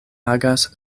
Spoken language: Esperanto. agas